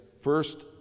first